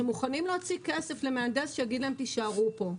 שמוכנים להוציא כסף למהנדס שיגיד להם: תישארו פה,